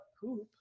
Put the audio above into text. poop